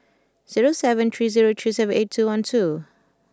zero seven three zero three seven eight two one two